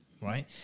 Right